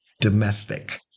domestic